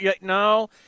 No